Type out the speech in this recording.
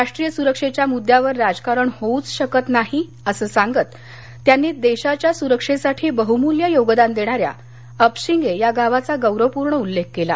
राष्ट्रीय सुरक्षेच्या मुद्द्यावर राजकारण होऊ शकत नाही अस सांगत त्यांनी देशाच्या सुरक्षेसाठी बहुमूल्य योगदान देणाऱ्या अपशिंगे या गावाचा गौरवपूर्ण उल्लेख केला